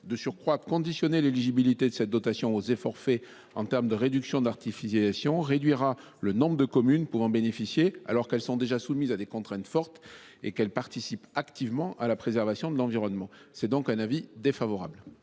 De surcroît, conditionner l’éligibilité de cette dotation aux efforts consentis en termes de réduction d’artificialisation diminuera le nombre de communes pouvant en bénéficier, alors qu’elles sont déjà soumises à des contraintes fortes et qu’elles participent activement à la préservation de l’environnement. La commission émet donc un avis défavorable